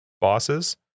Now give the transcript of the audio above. bosses